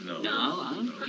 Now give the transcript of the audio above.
No